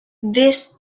this